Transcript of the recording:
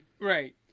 Right